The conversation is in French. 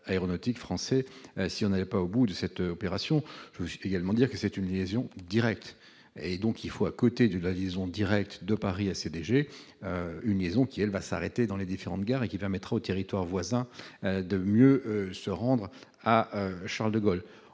aéronautique français si on n'avait pas au bout de cette opération, je veux également dire que c'est une vision directe et donc il faut à côté du la liaison directe de Paris à CDG, une liaison qui elle va s'arrêter dans les différentes gares et qui permettra au territoire voisin de mieux se rendra à Charles-de-Gaulle,